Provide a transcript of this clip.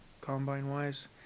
combine-wise